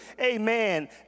amen